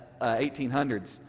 1800s